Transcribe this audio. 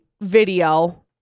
video